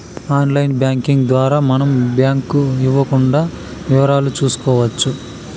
online banking ద్వారా మనం bank ఇవ్వకుండా వివరాలు చూసుకోవచ్చు